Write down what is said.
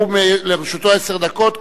לרשותו עשר דקות,